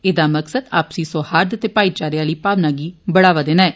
एदा मकसद आपसी सोहार्द ते भाईचारे आली भावना गी बढावा देना ऐ